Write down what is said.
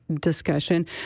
discussion